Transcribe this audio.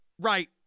Right